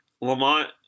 Lamont –